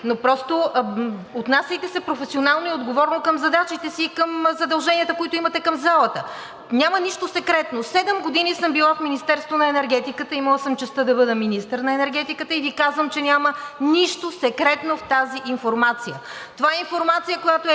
но просто отнасяйте се професионално и отговорно към задачите си и към задълженията, които имате към залата. Няма нищо секретно. Седем години съм била в Министерството на енергетиката, имала съм честта да бъда министър на енергетиката и Ви казвам, че няма нищо секретно в тази информация. Това е информация, която е